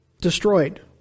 destroyed